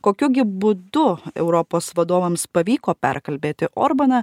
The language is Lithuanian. kokiu gi būdu europos vadovams pavyko perkalbėti orbaną